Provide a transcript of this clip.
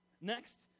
Next